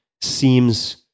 seems